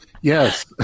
Yes